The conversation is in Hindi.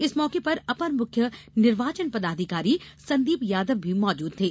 इस मौके पर अपर मुख्य निर्वाचन पदाधिकारी संदीप यादव भी मौजूद थे